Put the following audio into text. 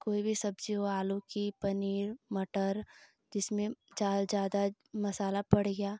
कोई भी सब्जी हो आलू कि पनीर मटर जिसमें चाहे ज़्यादा मसाला पर गया